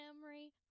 Memory